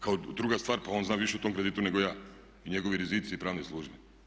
Kao druga stvar, pa on zna više o tom kreditu nego ja i njegovi rizici i pravne službe.